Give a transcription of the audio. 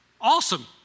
Awesome